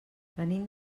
venim